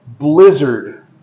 Blizzard